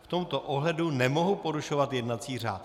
V tomto ohledu nemohu porušovat jednací řád.